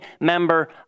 member